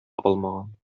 алмаган